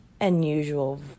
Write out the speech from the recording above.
unusual